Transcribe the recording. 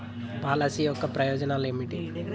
Policy యొక్క ప్రయోజనాలు ఏమిటి?